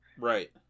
Right